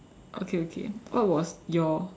okay okay what was your